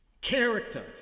Character